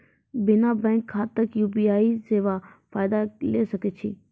बिना बैंक खाताक यु.पी.आई सेवाक फायदा ले सकै छी?